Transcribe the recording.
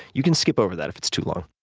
you can skip over that if it's too long.